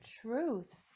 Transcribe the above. truth